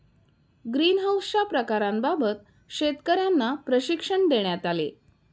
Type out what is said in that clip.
ग्रीनहाउसच्या प्रकारांबाबत शेतकर्यांना प्रशिक्षण देण्यात आले